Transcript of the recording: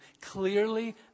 Clearly